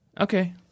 Okay